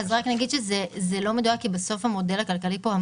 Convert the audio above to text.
כי בסוף המודל הכלכלי פה,